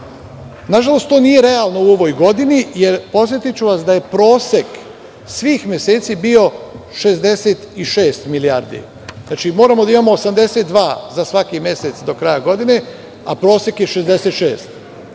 Nažalost, to nije realno u ovoj godini, jer podsetiću vas prosek svih meseci je bio 66 milijardi. Znači, moramo da imamo 82 za svaki mesec do kraja godine, a prosek je 66.